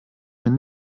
bin